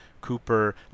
Cooper